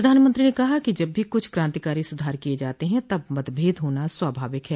प्रधानमंत्री ने कहा कि जब भी कुछ क्रांतिकारी सुधार किए जाते हैं तब मतभेद होना स्वाभाविक है